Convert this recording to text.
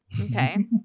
Okay